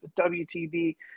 WTV